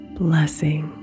blessing